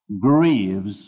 grieves